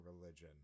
religion